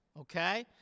okay